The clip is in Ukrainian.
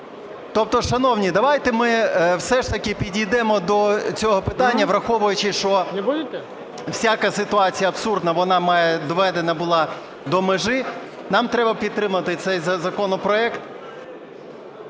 Тобто, шановні, давайте ми все ж таки підійдемо до цього питання, враховуючи, що всяка ситуація абсурдна, вона має доведена бути до межі, нам треба підтримати цей законопроект.